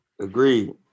agreed